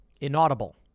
Inaudible